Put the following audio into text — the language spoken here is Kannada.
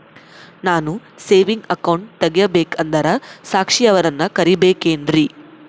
ನಾನು ಸೇವಿಂಗ್ ಅಕೌಂಟ್ ತೆಗಿಬೇಕಂದರ ಸಾಕ್ಷಿಯವರನ್ನು ಕರಿಬೇಕಿನ್ರಿ?